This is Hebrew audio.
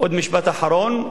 משפט אחרון.